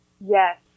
Yes